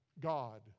God